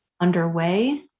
underway